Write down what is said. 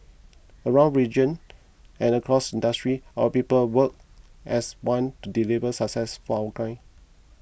around region and across industries our people work as one to deliver success for our clients